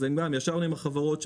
אז ישבנו עם החברות שמדרגות.